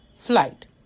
flight